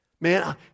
Man